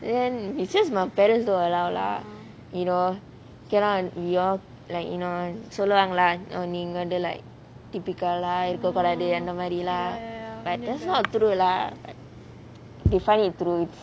then it's just my parents don't allow lah you know cannot we all like you know சொல்லுவாங்க:solluvanga lah நீங்க வந்து:neenga vanthu leh typical eh இருக்க கூடாது:iruka kudaathu but that's not true lah like they find it true it's